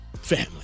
family